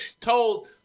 Told